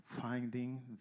finding